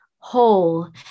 whole